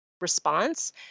response